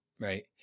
Right